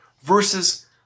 versus